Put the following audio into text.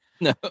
No